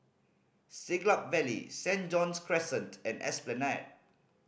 Siglap Valley Saint John's Crescent and Esplanade